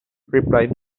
replied